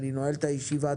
אני נועל את הישיבה.